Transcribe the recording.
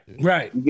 right